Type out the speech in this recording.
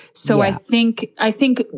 so i think i think